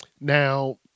Now